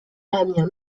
amiens